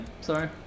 sorry